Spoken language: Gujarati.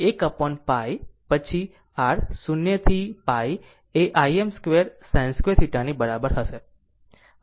હવે આ r 1 upon π પછી r 0 to π એIm2sin2θ બરાબર હશે